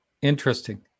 Interesting